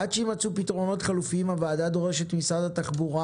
עד שיימצאו פתרונות חלופיים הוועדה דורשת ממשרד התחבורה